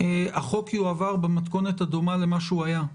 החוק יועבר במתכונת הדומה למה שהוא היה,